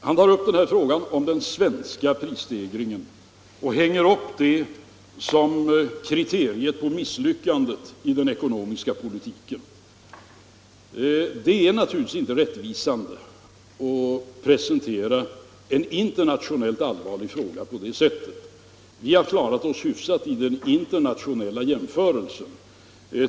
Han tar upp frågan om den svenska prisstegringen och hänger upp den som kriterium på misslyckandet i den ekonomiska politiken. Det är naturligtvis inte rättvisande att presentera en internationellt allvarlig fråga på det sättet. Vi har klarat oss hyfsat i den internationella jämförelsen.